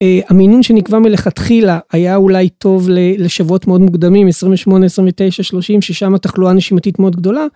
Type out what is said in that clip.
המינון שנקבע מלכתחילה היה אולי טוב לשבועות מאוד מוקדמים 28, 29, 30 ששם התחלואה נשימתית מאוד גדולה.